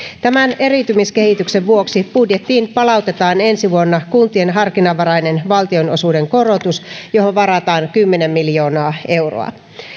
tämän eriytymiskehityksen vuoksi budjettiin palautetaan ensi vuonna kuntien harkinnanvarainen valtionosuuden korotus johon varataan kymmenen miljoonaa euroa